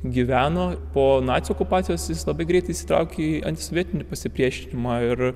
gyveno po nacių okupacijos jis labai greit įsitraukė į antisovietinį pasipriešinimą ir